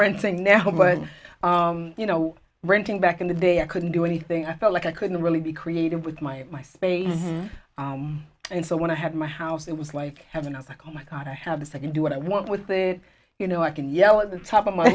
renting now but you know renting back in the day i couldn't do anything i felt like i couldn't really be creative with my my space and so when i had my house it was like having a comic con i have a second do what i want with it you know i can yell at the top of my